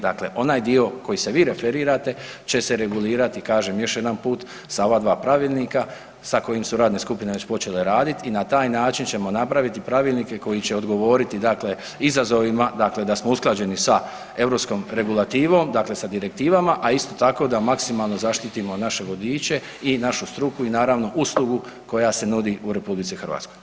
Dakle, onaj dio koji se vi referirate će se regulirati kažem, još jedanput sa ova dva pravilnika, sa kojim su radne skupine već počele raditi i na taj način ćemo napraviti pravilnike koji će odgovoriti dakle izazovima, dakle da smo usklađeni sa europskom regulativom, dakle sa direktivama, a isto tako da maksimalno zaštitimo naše vodiče i našu struku i naravno uslugu koja se nudi u RH.